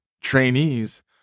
trainees